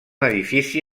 edifici